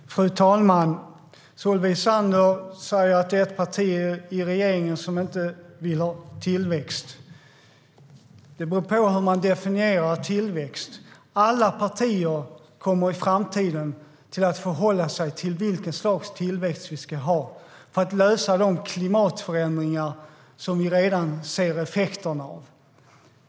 Fru talman! Solveig Zander säger att ett parti i regeringen inte vill ha tillväxt. Det beror på hur man definierar tillväxt. Alla partier kommer i framtiden att behöva förhålla sig till vilken sorts tillväxt vi ska ha för att lösa de klimatförändringar som vi redan ser effekterna av.